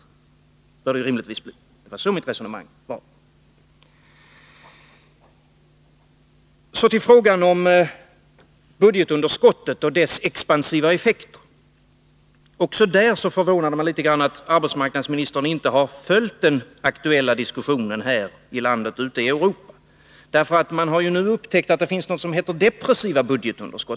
Det bör det rimligtvis bli. Detta var mitt resonemang. Så till frågan om budgetunderskottet och dess expansiva effekter. Också där förvånar det mig litet grand att arbetsmarknadsministern inte har följt den aktuella diskussionen här i landet och ute i Europa. Man har ju nu upptäckt att det finns något som heter depressiva budgetunderskott.